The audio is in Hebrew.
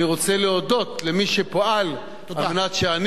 אני רוצה להודות למי שפעל על מנת שאני